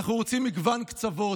אנחנו רוצים מגוון קצוות,